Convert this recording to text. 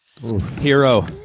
Hero